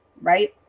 right